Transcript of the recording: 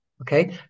okay